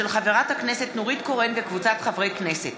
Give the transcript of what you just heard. של חברת הכנסת נורית קורן וקבוצת חברי הכנסת,